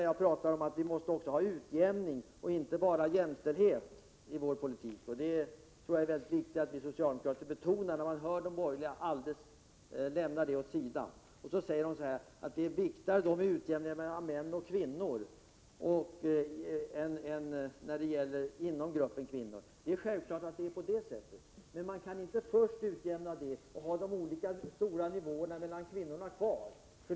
Jag sade att vi måste ha utjämning, inte bara jämställdhet, i vår politik. Det är väldigt viktigt att vi socialdemokrater betonar det. De borgerliga har lämnat det helt åt sidan. Charlotte Branting menar att det är viktigare med utjämning mellan män och kvinnor än inom gruppen kvinnor. Självfallet är det så. Men man kan inte först ha en sådan utjämning och ändå ha de olika höga nivåerna för kvinnorna kvar.